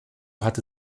hatte